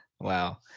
wow